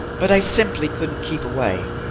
but i simply couldn't keep away.